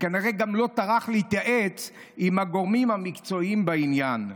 וכנראה גם לא טרח להתייעץ עם הגורמים המקצועיים בעניין.